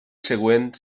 següent